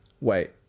Wait